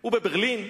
הוא בברלין,